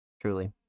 truly